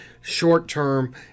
short-term